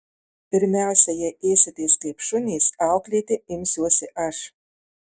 pirmiausia jei ėsitės kaip šunys auklėti imsiuosi aš